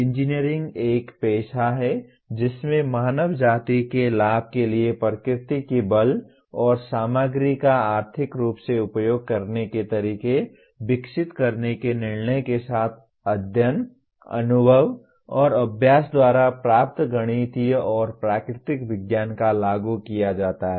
engineering एक पेशा है जिसमें मानव जाति के लाभ के लिए प्रकृति की बल और सामग्री का आर्थिक रूप से उपयोग करने के तरीके विकसित करने के निर्णय के साथ अध्ययन अनुभव और अभ्यास द्वारा प्राप्त गणितीय और प्राकृतिक विज्ञान का ज्ञान लागू किया जाता है